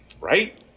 Right